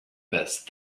best